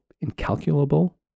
incalculable